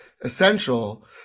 essential